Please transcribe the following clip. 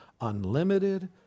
unlimited